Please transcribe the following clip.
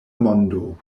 mondo